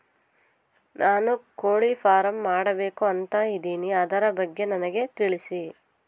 ನಾನು ಕೋಳಿ ಫಾರಂ ಮಾಡಬೇಕು ಅಂತ ಇದಿನಿ ಅದರ ಬಗ್ಗೆ ನನಗೆ ತಿಳಿಸಿ?